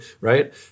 right